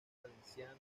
valenciano